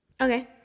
Okay